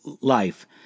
life